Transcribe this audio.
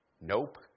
Nope